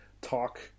talk